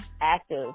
active